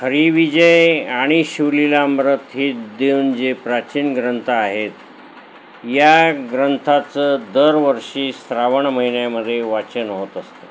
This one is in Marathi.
हरीविजय आणि शिवलीलामृत ही दोन जे प्राचीन ग्रंथ आहेत या ग्रंथाचं दरवर्षी श्रावण महिन्यामधे वाचन होत असतं